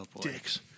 Dicks